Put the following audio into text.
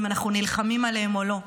אם אנחנו נלחמים עליהם או לא.